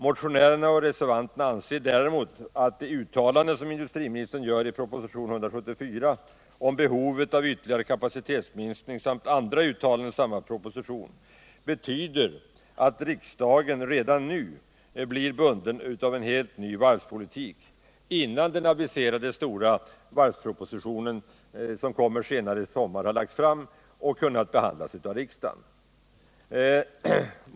Motionärerna och reservanterna anser däremot att det uttalande som industriministern gör i propositionen 174 om behovet av ytterligare kapacitetsminskning samt andra uttalanden i samma proposition betyder att riksdagen redan nu blir bunden av en helt ny varvspolitik, innan den aviserade stora varvspropositionen, som kommer senare i sommar, har lagts fram och kunnat behandlas av riksdagen.